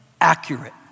accurate